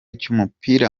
cy’umupira